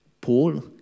Paul